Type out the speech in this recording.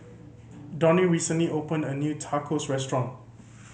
Donnie recently opened a new Tacos Restaurant